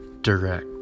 direct